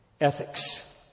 ethics